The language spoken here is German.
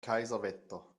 kaiserwetter